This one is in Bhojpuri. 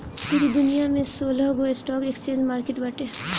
पूरा दुनिया में सोलहगो स्टॉक एक्सचेंज मार्किट बाटे